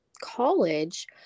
college